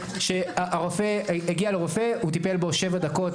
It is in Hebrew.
כולנו הגענו לרופא שטיפל בנו שבע דקות,